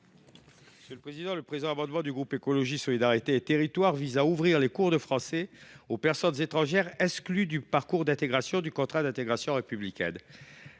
n° II 681. Le présent amendement du groupe Écologiste – Solidarité et Territoires vise à ouvrir les cours de français aux personnes étrangères exclues du parcours du contrat d’intégration républicaine